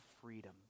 freedom